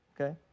okay